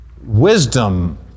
wisdom